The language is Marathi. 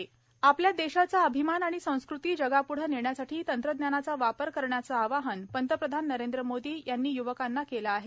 प्रवासी भारतीय दिवस आपल्या देशाचा अभिमान आणि संस्कृती जगापूढे नेण्यासाठी तंत्रज्ञानाचा वापर करण्याचं आवाहन पंतप्रधान नरेंद्र मोदी यांनी युवकांना केलं आहे